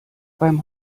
beim